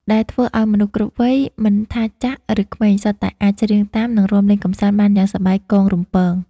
ដែលធ្វើឱ្យមនុស្សគ្រប់វ័យ មិនថាចាស់ឬក្មេង សុទ្ធតែអាចច្រៀងតាម និងរាំលេងកម្សាន្តបានយ៉ាងសប្បាយកងរំពង។